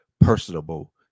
personable